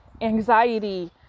anxiety